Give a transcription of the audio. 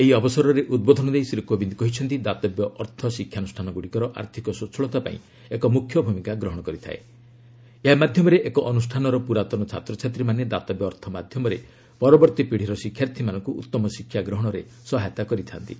ଏହି ଅବସରରେ ଉଦ୍ବୋଧନ ଦେଇ ଶ୍ରୀ କୋବିନ୍ଦ କହିଚ୍ଚନ୍ତି ଦାତବ୍ୟ ଅର୍ଥ ଶିକ୍ଷାନୁଷାନ ଗୁଡ଼ିକର ଆର୍ଥକ ସ୍ୱଚ୍ଚଳତା ପାଇଁ ଏକ ମୁଖ୍ୟ ଭୂମିକା ଗ୍ରହଣ କରିଥାଏ ଓ ଏହା ମାଧ୍ୟମରେ ଏକ ଅନୁଷ୍ଠାନର ପୁରାତନ ଛାତ୍ରଛାତ୍ରୀମାନେ ଦାତବ୍ୟ ଅର୍ଥ ମାଧ୍ୟମରେ ପରବର୍ତ୍ତୀ ପୀଢ଼ିର ଶିକ୍ଷାର୍ଥୀମାନଙ୍କୁ ଉତ୍ତମ ଶିକ୍ଷା ଗହଶରେ ସହାୟତା କରିଥାନ୍ତି